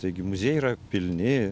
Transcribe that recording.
taigi muziejai yra pilni